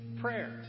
prayer